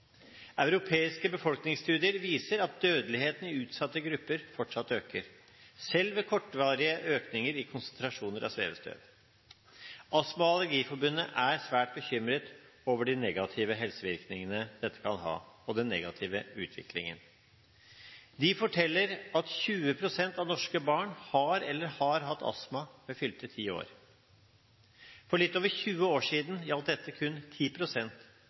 Europeiske befolkningsstudier viser at dødeligheten i utsatte grupper fortsatt øker, selv ved kortvarige økninger i konsentrasjonen av svevestøv. Astma- og Allergiforbundet er svært bekymret over de negative helsevirkningene dette kan ha, og den negative utviklingen. De forteller at 20 pst. av norske barn har eller har hatt astma ved fylte ti år. For litt over 20 år siden gjaldt dette kun